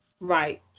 Right